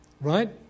Right